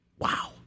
Wow